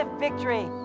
Victory